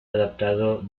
adaptado